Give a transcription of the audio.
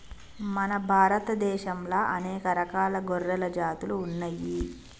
మన భారత దేశంలా అనేక రకాల గొర్రెల జాతులు ఉన్నయ్యి